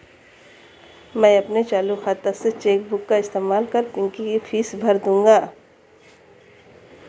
मैं अपने चालू खाता से चेक बुक का इस्तेमाल कर पिंकी की फीस भर दूंगा